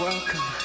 Welcome